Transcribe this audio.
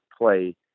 play